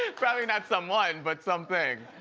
probably not someone, but something.